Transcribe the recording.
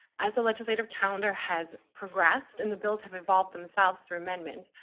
as the legislative calendar has progressed and the bills have evolved themselves through amendments,